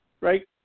right